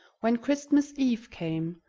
when christmas eve came,